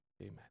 Amen